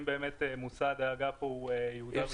אם באמת מושא הדאגה פה הוא יהודה ושומרון